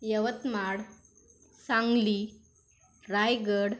Yavatmal Sangli Raigad